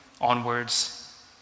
onwards